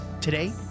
Today